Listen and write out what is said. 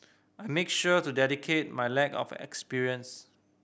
I make sure to dedicate my lack of experience